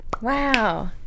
Wow